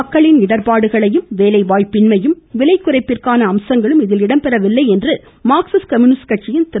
மக்களின் இடர்பாடுகளையும் வேலைவாய்ப்பின்மையையும் விலை குறைப்பிற்கான அம்சங்கள் இடம்பெறவில்லை என்று மார்க்சிஸ்ட் கம்பூனிஸ்ட் கட்சியின் திரு